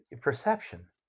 perception